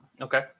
okay